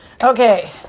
Okay